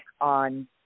on